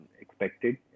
expected